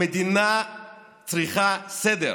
המדינה צריכה סדר,